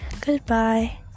goodbye